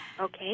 Okay